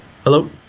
Hello